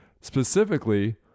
Specifically